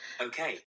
okay